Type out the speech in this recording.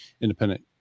independent